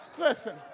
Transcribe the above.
Listen